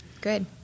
Good